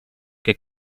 che